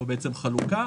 או בעצם חלוקה,